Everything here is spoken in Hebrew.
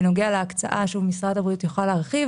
בנוגע להקצאה, משרד הבריאות יוכל להרחיב.